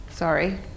Sorry